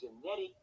genetic